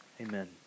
Amen